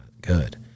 good